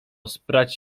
sprać